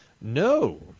No